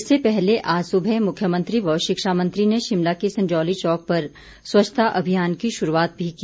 इससे पहले आज सुबह मुख्यमंत्री व शिक्षा मंत्री ने शिमला के संजौली चौक पर स्वच्छता अभियान की शुरूआत भी की